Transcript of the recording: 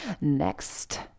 next